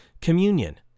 communion